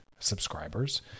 subscribers